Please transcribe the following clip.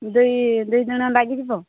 ଦୁଇ ଦୁଇ ଦିନ ଲାଗିଯିବ